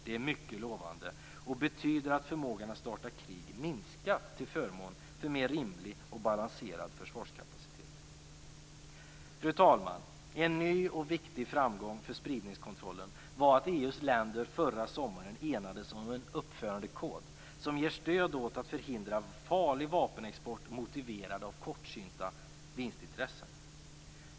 Det är mycket lovande och betyder att förmågan att starta krig minskat till förmån till en mer rimlig och balanserad försvarskapacitet. Fru talman! En ny och viktig framgång för spridningskontrollen var att EU:s länder förra sommaren enades om en uppförandekod som ger stöd åt att förhindra farlig vapenexport motiverad av kortsynta vinstintressen.